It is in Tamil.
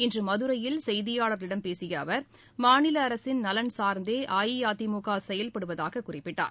இன்று மதுரையில் செய்தியாளர்களிடம் பேசிய அவர் மாநில அரசின் நலன் சார்ந்தே அஇஅதிமுக செயல்படுவதாக குறிப்பிட்டார்